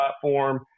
platform